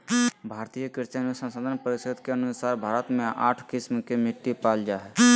भारतीय कृषि अनुसंधान परिसद के अनुसार भारत मे आठ किस्म के मिट्टी पाल जा हइ